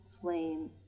flame